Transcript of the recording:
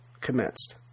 commenced